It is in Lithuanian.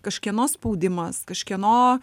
kažkieno spaudimas kažkieno